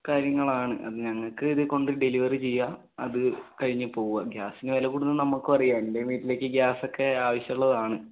കാര്യങ്ങളാണ് അത് ഞങ്ങൾക്കിതുകൊണ്ട് ഡെലിവറി ചെയ്യുക അത് കഴിഞ്ഞു പോവുക ഗ്യാസിനു വില കൂടുന്നത് നമ്മള്ക്കുമറിയാം എൻ്റെ വീട്ടിലേക്ക് ഗ്യാസൊക്കെ ആവശ്യമുള്ളതാണ്